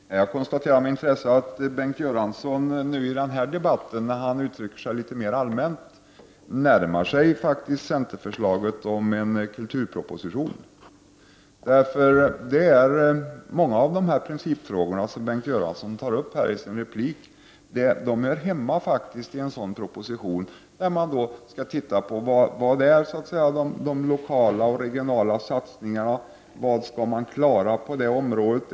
Herr talman! Jag konstaterar med intresse att Bengt Göransson i den här debatten, när han uttrycker sig litet mer allmänt, faktiskt närmar sig centerns förslag om en kulturproposition. Många av de principfrågor som Bengt Göransson här tog upp i sin replik hör hemma i en sådan proposition. Man skall se till vilka de lokala och regionala satsningarna skall vara och vad man skall genomföra på området.